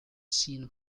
scene